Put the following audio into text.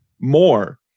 more